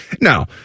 now